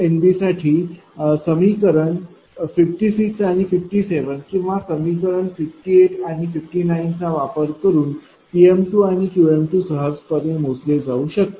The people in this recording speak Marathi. NB साठी समीकरण 56 आणि 57 किंवा समीकरण 58 आणि 59 चा वापर करून P आणि Q सहजपणे मोजले जाऊ शकते